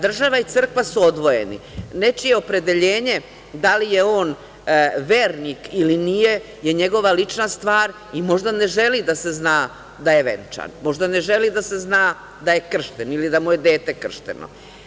Država i crkva su odvojeni, nečije opredeljenje da li je on vernik ili nije, je njegova lična stvar, i možda ne želi da se zna da je venčan, možda ne želi da se zna da je kršten ili da mu je dete kršteno.